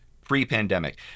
pre-pandemic